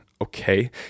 okay